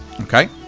Okay